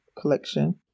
collection